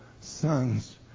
son's